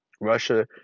Russia